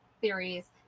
theories